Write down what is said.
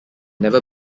never